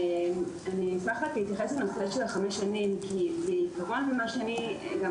אני אשמח להתייחס לנושא של חמש שנים כי זה גבוה ממה שתיאמתי.